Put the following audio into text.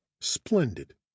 Splendid